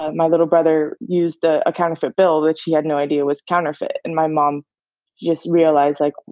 ah my little brother used a ah counterfeit bill that she had no idea was counterfeit. and my mom just realized, like,